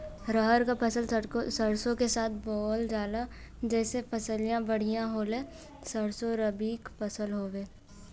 रहर क फसल सरसो के साथे बुवल जाले जैसे फसलिया बढ़िया होले सरसो रबीक फसल हवौ